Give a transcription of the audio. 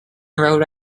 rode